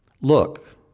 Look